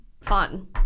fun